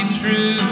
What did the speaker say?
true